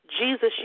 Jesus